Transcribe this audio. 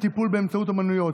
טיפול באמצעות אומנויות),